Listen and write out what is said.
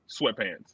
sweatpants